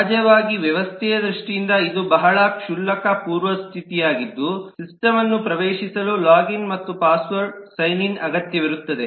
ಸಹಜವಾಗಿ ವ್ಯವಸ್ಥೆಯ ದೃಷ್ಟಿಯಿಂದ ಇದು ಬಹಳ ಕ್ಷುಲ್ಲಕ ಪೂರ್ವ ಸ್ಥಿತಿಯಾಗಿದ್ದು ಸಿಸ್ಟಮ್ ನ್ನು ಪ್ರವೇಶಿಸಲು ಲಾಗಿನ್ ಮತ್ತು ಪಾಸ್ವರ್ಡ್ ಸೈನ್ ಇನ್ ಅಗತ್ಯವಿರುತ್ತದೆ